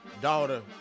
daughter